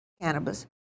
cannabis